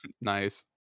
nice